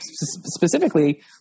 specifically